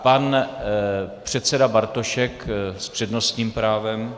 Pan předseda Bartošek s přednostním právem.